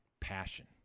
passion